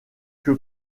que